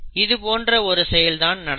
இது போன்ற ஒரு செயல் தான் நடக்கும்